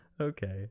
Okay